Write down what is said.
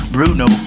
Bruno